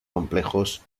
complejos